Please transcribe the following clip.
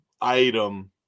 item